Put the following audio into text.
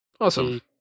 Awesome